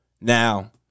now